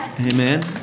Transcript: Amen